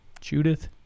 Judith